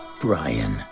Brian